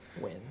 win